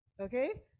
Okay